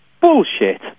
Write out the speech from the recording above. bullshit